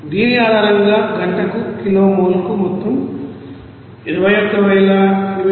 దీని ఆధారంగా గంటకు కిలో మోల్కు మొత్తం 21861